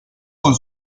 con